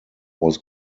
was